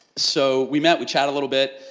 so we met, we chat a little bit,